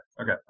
Okay